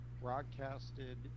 broadcasted